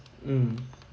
um